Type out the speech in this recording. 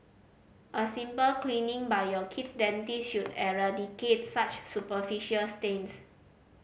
a simple cleaning by your kid's dentist should eradicate such superficial stains